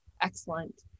Excellent